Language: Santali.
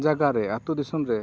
ᱡᱟᱭᱜᱟᱨᱮ ᱟᱹᱛᱩ ᱫᱤᱥᱚᱢᱨᱮ